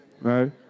right